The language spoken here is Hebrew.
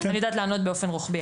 אני יודעת לענות באופן רוחבי.